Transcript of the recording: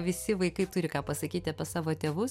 visi vaikai turi ką pasakyti apie savo tėvus